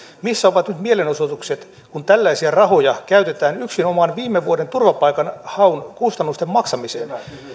missä ovat nyt mielenosoitukset kun tällaisia rahoja käytetään yksinomaan viime vuoden turvapaikanhaun kustannusten maksamiseen